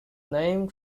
name